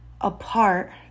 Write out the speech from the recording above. apart